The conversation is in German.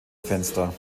fenster